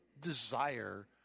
desire